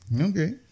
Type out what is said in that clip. Okay